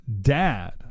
dad